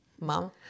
mom